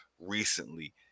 recently